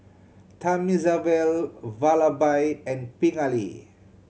Thamizhavel Vallabhbhai and Pingali